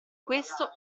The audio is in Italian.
questo